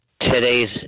today's